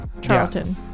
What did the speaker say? Charlton